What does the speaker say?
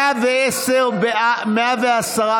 ההצעה